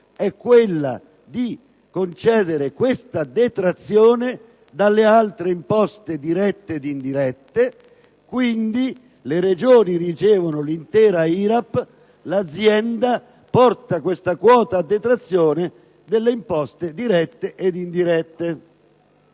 è quella della detrazione dalle altre imposte dirette ed indirette; quindi, le Regioni ricevono l'IRAP per intero e l'azienda porta questa quota a detrazione delle imposte dirette e indirette.